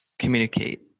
communicate